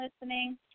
listening